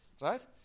Right